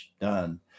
done